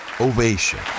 ovation